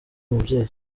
umubyeyi